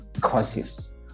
causes